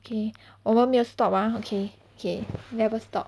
okay 我们没有 stop ah okay okay never stop